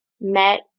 met